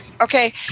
Okay